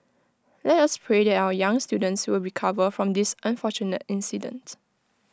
let us pray that our young students will recover from this unfortunate incident